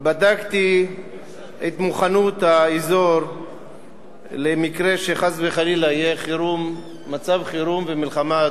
בדקתי את מוכנות האזור למקרה שחס וחלילה יהיה מצב חירום ומלחמה,